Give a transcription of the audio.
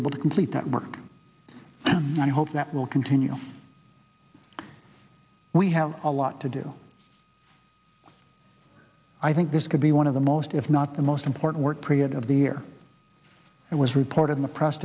able to complete that work and i hope that will continue we have a lot to do i think this could be one of the most if not the most important work period of the year it was reported in the press